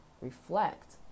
reflect